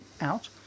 out